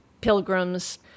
Pilgrims